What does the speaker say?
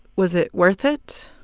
was it worth it?